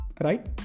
Right